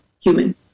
human